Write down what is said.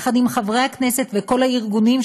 יחד עם חברי הכנסת וכל הארגונים,